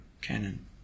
canon